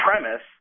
premise